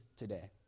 Today